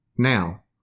Now